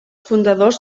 fundadors